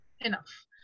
Enough